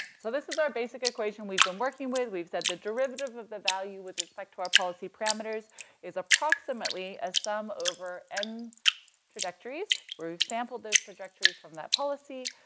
so this is our basic equation we've been working with. we've said the derivative of the value with respect to our policy parameter is is approximately as sum over m trajectories, where we've sampled those trajectories from that policy,